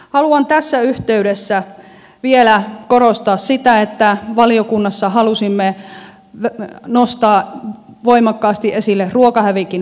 haluan tässä yhteydessä vielä korostaa sitä että valiokunnassa halusimme nostaa voimakkaasti esille ruokahävikin vähentämisen